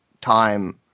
time